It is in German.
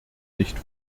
nicht